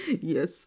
yes